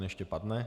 Ještě padne.